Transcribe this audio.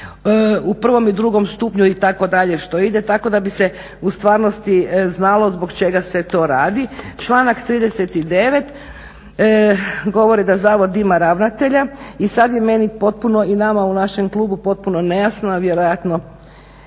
u prvom i drugom stupnju itd. što ide tako da bi se u stvarnosti znalo zbog čega se to radi. Članak 39. govori da zavod ima ravnatelja i sad je meni potpuno, i nama u našem klubu potpuno nejasno, a vjerojatno